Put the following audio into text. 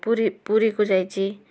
ପୁରୀ ପୁରୀକୁ ଯାଇଛି